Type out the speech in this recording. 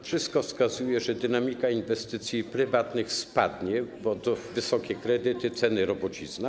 Wszystko wskazuje, że dynamika inwestycji prywatnych spadnie, bo to wysokie kredyty, ceny, robocizna.